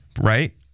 right